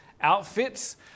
outfits